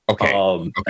Okay